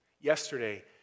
Yesterday